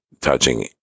touching